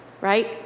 right